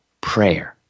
prayer